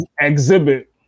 Exhibit